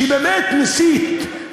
שבאמת מסית,